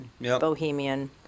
Bohemian